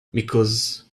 because